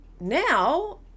now